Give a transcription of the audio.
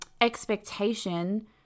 expectation